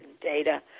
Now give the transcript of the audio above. data